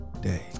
day